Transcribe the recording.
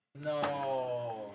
No